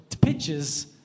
pitches